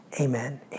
Amen